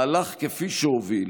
מהלך כפי שהוביל